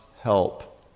help